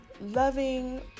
loving